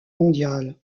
mondiale